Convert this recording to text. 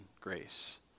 grace